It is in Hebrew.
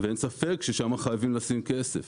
ואין ספק ששם חייבים לשים כסף.